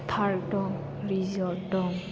park दं resort दं